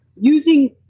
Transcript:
using